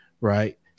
right